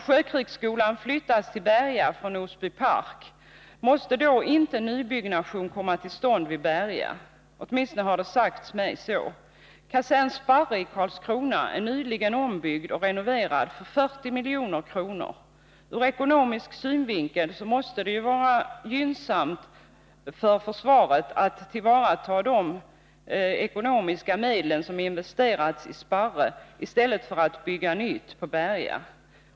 Sjökrigsskolan flyttas till Berga från Näsby Park, måste då inte nybyggnation komma till stånd vid Berga? Åtminstone har det sagts mig så. Kasern Sparre i Karlskrona är nyligen ombyggd och renoverad för 40 milj.kr. Ur ekonomisk synvinkel måste det vara gynnsamt för försvaret att ta till vara de ekonomiska medel som investerats i Sparre i stället för att bygga nytt på Berga.